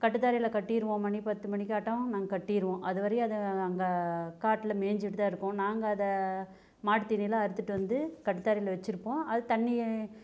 கட்டுத்தரையில் கட்டிருவோம் மணி பத்து மணிக்காட்டம் நாங்கள் கட்டிருவோம் அதுவரையும் அது அங்கே காட்டில் மேய்ஞ்சிட்டுதான் இருக்கும் நாங்கள் அதை மாட்டுத்தீனியெல்லாம் அறுத்துட்டு வந்து கட்டுத்தரையில் வச்சிருப்போம் அது தண்ணி